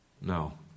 No